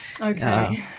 Okay